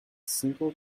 simple